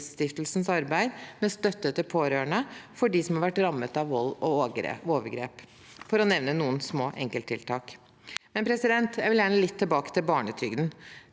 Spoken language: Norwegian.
arbeid med støtte til pårørende for dem som har vært rammet av vold og overgrep, for å nevne noen små enkelttiltak. Jeg vil gjerne litt tilbake til barnetrygden,